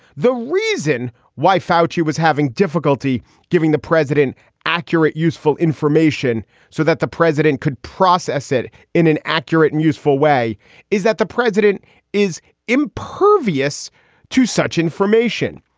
the reason why fouchier was having difficulty giving the president accurate, useful information so that the president could process it in an accurate and useful way is that the president is impervious to such information.